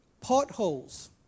potholes